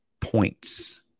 points